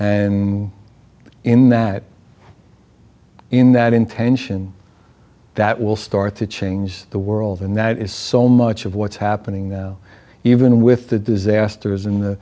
and in that in that intention that will start to change the world and that is so much of what's happening now even with the disasters in the